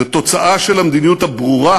זו תוצאה של המדיניות הברורה